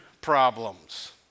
problems